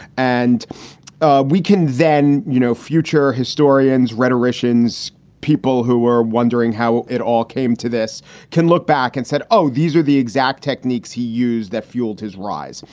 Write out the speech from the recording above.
and ah we can then you know future historians, rhetoricians, people who were wondering how it all came to this can look back and said, oh, these are the exact techniques he used that fueled his rise.